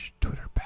Twitter